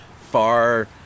far